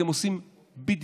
אתם עושים בדיוק